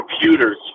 computers